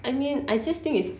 I mean I just think it's